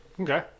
Okay